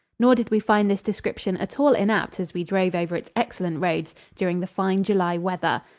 nor did we find this description at all inapt as we drove over its excellent roads during the fine july weather.